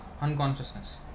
unconsciousness